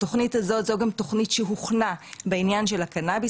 זו גם תוכנית שהוכנה בעניין הקנאביס.